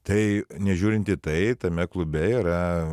tai nežiūrint į tai tame klube yra